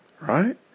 right